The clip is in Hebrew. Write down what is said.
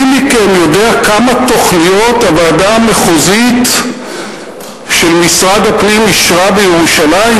מי מכם יודע כמה תוכניות הוועדה המחוזית של משרד הפנים אישרה בירושלים?